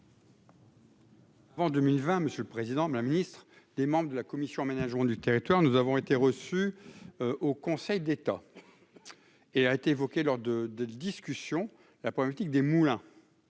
Avant 2020, monsieur le président, le ministre des membres de la commission aménagement du territoire, nous avons été reçus au Conseil d'État et a été évoquée lors de discussions, la problématique des Moulins,